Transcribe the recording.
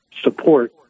support